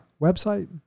website